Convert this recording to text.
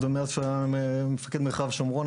אנחנו מכירים עוד מהתקופה שהוא היה מפקד מרחב שומרון.